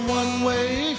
one-way